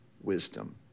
wisdom